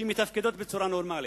שמתפקדות בצורה נורמלית.